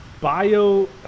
bio